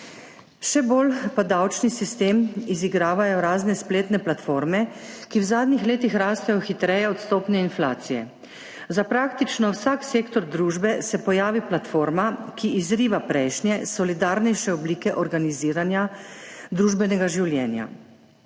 Še bolj pa davčni sistem izigravajo razne spletne platforme, ki v zadnjih letih rastejo hitreje od stopnje inflacije. Za praktično vsak sektor družbe se pojavi platforma, ki izriva prejšnje, solidarnejše oblike organiziranja družbenega življenja.